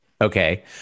Okay